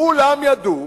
כולם ידעו,